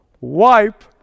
wipe